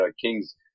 Kings